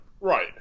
right